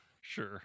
Sure